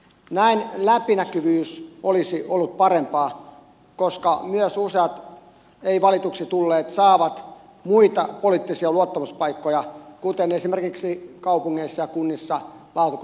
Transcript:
näin läpinäkyvyys olisi ollut parempaa koska myös useat ei valituksi tulleet saavat muita poliittisia luottamuspaikkoja kuten esimerkiksi kaupungeissa ja kunnissa lautakuntapaikkoja